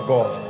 God